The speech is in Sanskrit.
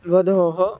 वध्वोः